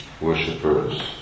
worshippers